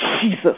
Jesus